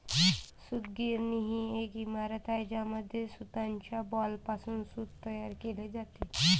सूतगिरणी ही एक इमारत आहे ज्यामध्ये सूताच्या बॉलपासून सूत तयार केले जाते